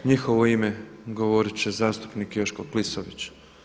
U njihovo ime govoriti će zastupnik Joško Klisović.